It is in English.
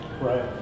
right